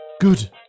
Good